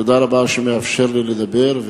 תודה רבה שאתה מאפשר לי לדבר,